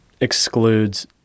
excludes